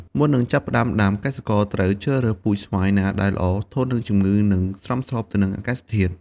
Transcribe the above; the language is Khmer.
មុននឹងចាប់ផ្ដើមដាំ កសិករត្រូវជ្រើសរើសពូជស្វាយណាដែលល្អ ធន់នឹងជំងឺ និងសមស្របទៅនឹងអាកាសធាតុ។